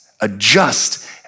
adjust